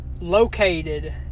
located